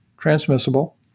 transmissible